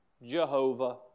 Jehovah